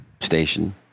station